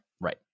right